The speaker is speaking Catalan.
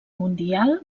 mundial